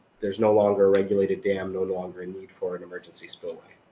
there's no longer regulated dam, no longer a need for an emergency spillway.